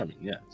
yes